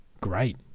great